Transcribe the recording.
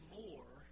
more